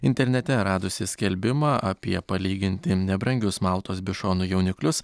internete radusi skelbimą apie palyginti nebrangius maltos bišonų jauniklius